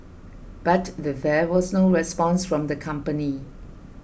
but there was no response from the company